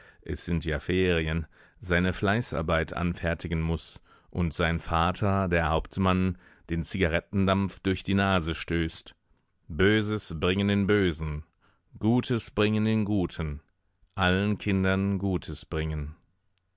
ferien seine fleißarbeit anfertigen muß und sein vater der hauptmann den zigarettendampf durch die nase stößt böses bringen den bösen gutes bringen den guten allen kindern gutes bringen